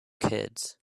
kids